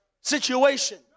situation